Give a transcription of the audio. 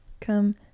Come